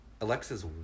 alexa's